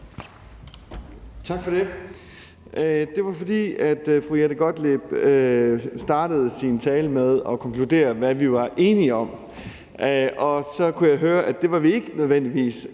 Tak for det. Jeg trykkede mig ind, fordi Jette Gottlieb startede sin tale med at konkludere, hvad vi var enige om – og så kunne jeg høre, at nogle ting var vi ikke nødvendigvis